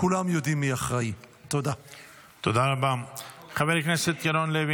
זה צה"ל,